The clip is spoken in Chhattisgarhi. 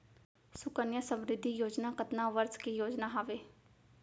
सुकन्या समृद्धि योजना कतना वर्ष के योजना हावे?